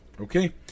Okay